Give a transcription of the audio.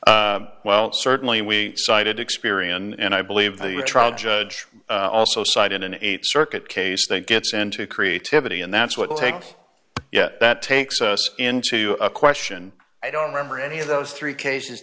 well certainly we cited experian and i believe the trial judge also cited an eight circuit case that gets into creativity and that's what it takes that takes us into a question i don't remember any of those three cases